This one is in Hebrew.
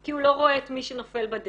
כי הוא לא רואה את מי שנופל בדרך.